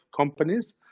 companies